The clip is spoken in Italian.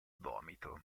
vomito